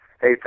Hey